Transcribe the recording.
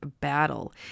Battle